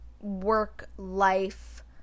work-life